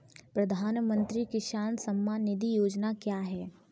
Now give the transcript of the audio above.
प्रधानमंत्री किसान सम्मान निधि योजना क्या है?